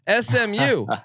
SMU